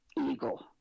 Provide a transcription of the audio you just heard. eagle